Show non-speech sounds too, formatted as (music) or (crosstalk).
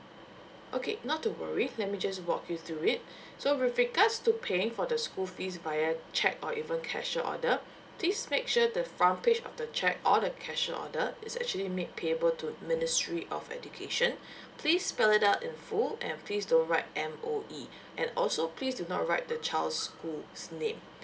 okay not to worry let me just walk you through it (breath) so with regards to paying for the school fees via cheque or even cashier order please make sure the front page of the cheque or the cashier order is actually made payable to ministry of education (breath) please spell it out in full and please don't write M_O_E and also please do not write the child's school's name